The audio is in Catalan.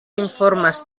informes